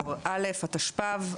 באדר א' התשפ"ב.